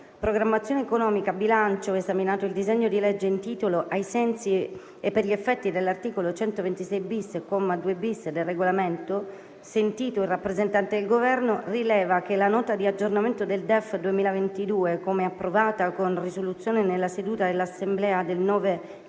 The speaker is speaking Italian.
programmazione economica, bilancio, esaminato il disegno di legge in titolo, ai sensi e per gli effetti dell'articolo 126-*bis*, comma 2-*bis*, del Regolamento, sentito il rappresentante del Governo, rileva che la Nota di aggiornamento al DEF 2022, come approvata con risoluzione nella seduta dell'Assemblea del 9